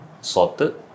sorted